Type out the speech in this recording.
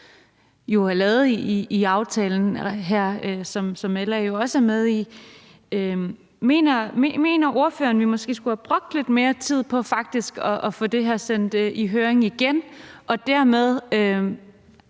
som jo er lavet her i aftalen, som LA jo også er med i. Mener ordføreren, at vi måske skulle have brugt lidt mere tid på faktisk at få det her sendt i høring igen og dermed